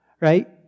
right